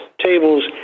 tables